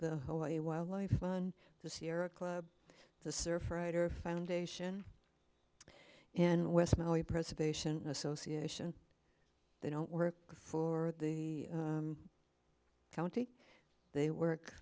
the hawaii wildlife fund the sierra club the surf writer foundation in west mentally preservation association they don't work for the county they work